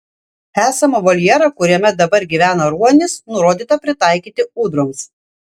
esamą voljerą kuriame dabar gyvena ruonis nurodyta pritaikyti ūdroms